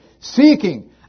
seeking